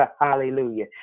hallelujah